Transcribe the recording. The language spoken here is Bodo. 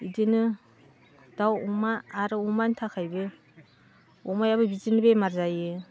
बिदिनो दाउ अमा आरो अमानि थाखायबो अमायाबो बिदिनो बेमार जायो